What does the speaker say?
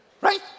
Right